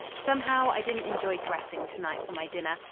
somehow i didn't enjoy dressing to-night for my dinner,